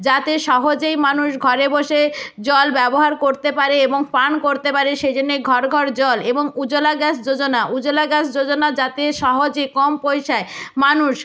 যাতে সহজেই মানুষ ঘরে বসে জল ব্যবহার করতে পারে এবং পান করতে পারে সেই জন্য ঘর ঘর জল এবং উজ্জ্বলা গ্যাস যোজনা উজ্জ্বলা গ্যাস যোজনা যাতে সহজে কম পয়সায় মানুষ